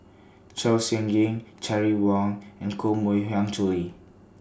Chong Siew Ying Terry Wong and Koh Mui Hiang Julie